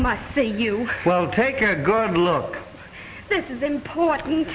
must say you well take a good look this is important